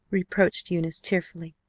reproached eunice tearfully.